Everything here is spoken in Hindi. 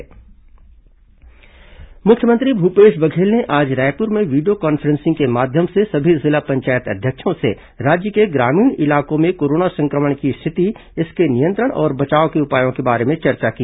मुख्यमंत्री कोरोना समीक्षा मुख्यमंत्री भूपेश बघेल ने आज रायपुर में वीडियो कॉन्फ्रेंसिंग के माध्यम से सभी जिला पंचायत अध्यक्षों से राज्य के ग्रामीण इलाकों में कोरोना संक्रमण की स्थिति इसके नियंत्रण और बचाव के उपायों के बारे में चर्चा की